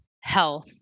health